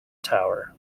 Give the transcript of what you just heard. tower